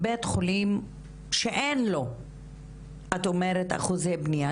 בית חולים שאין לו אחוזי בנייה.